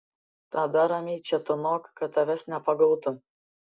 tada ramiai čia tūnok kad tavęs nepagautų